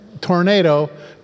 tornado